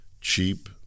cheap